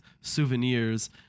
souvenirs